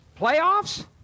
playoffs